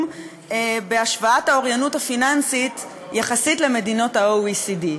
בהשוואת האוריינות הפיננסית יחסית למדינות ה-OECD.